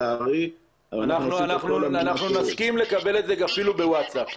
אנחנו נסכים לקבל את זה אפילו בווטסאפ.